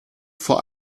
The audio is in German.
vor